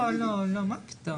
לא, לא, מה פתאום.